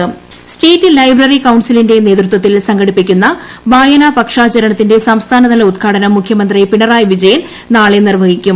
വായനപക്ഷാചരണം state library കൌൺസിലിന്റെ നേതൃത്വത്തിൽ സംഘടിപ്പിക്കുന്ന വായനപക്ഷാചരണത്തിന്റെ സംസ്ഥാനതല ഉദ്ഘാടനം മുഖ്യമന്ത്രി പിണറായി വിജയൻ നാളെ നിർവ്വഹിക്കും